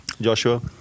Joshua